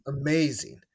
amazing